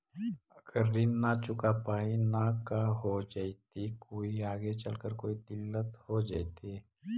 अगर ऋण न चुका पाई न का हो जयती, कोई आगे चलकर कोई दिलत हो जयती?